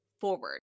forward